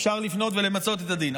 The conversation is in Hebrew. אפשר לפנות ולמצות את הדין.